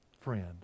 Friend